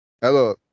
hello